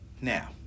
Now